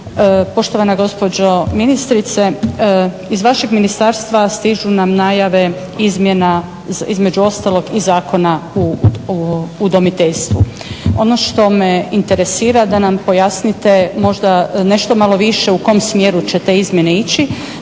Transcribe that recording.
Poštovana gospođo ministrice iz vašeg ministarstva stižu nam najave izmjena između ostalog i Zakona o udomiteljstvu. Ono što me interesira da nam pojasnite možda nešto malo više u kom smjeru će te izmjene ići